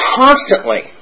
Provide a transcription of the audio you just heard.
constantly